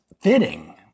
fitting